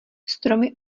stromy